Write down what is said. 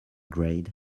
grade